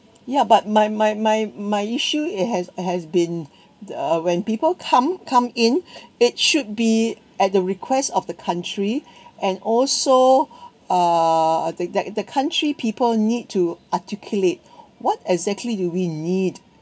ya but my my my my issue it has has been uh when people come come in it should be at the request of the country and also uh the that the country people need to articulate what exactly do we need